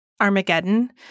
Armageddon